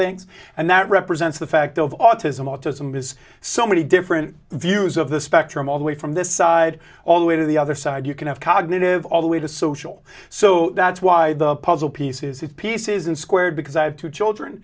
things and that represents the fact of autism autism is somebody different views of the spectrum all the way from this side all the way to the other side you can have cognitive all the way to social so that's why the puzzle pieces if peace isn't squared because i have two children